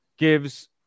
gives